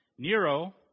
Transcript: Nero